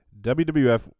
WWF